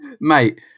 Mate